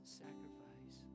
sacrifice